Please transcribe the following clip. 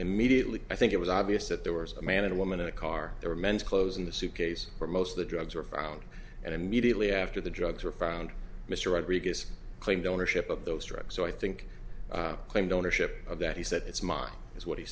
immediately i think it was obvious that there was a man and a woman in a car or men's clothes in the suitcase or most of the drugs were found and immediately after the drugs were found mr rodriguez claimed ownership of those drugs so i think claimed ownership of that he said it's mine is what he